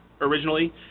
originally